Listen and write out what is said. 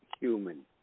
Human